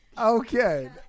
Okay